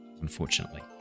unfortunately